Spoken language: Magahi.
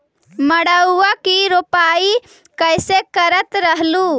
मड़उआ की रोपाई कैसे करत रहलू?